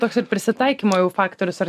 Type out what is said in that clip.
toks ir prisitaikymo faktorius ar